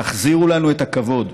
תחזירו לנו את הכבוד,